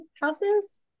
houses